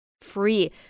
free